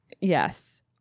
Yes